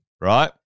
right